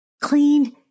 cleaned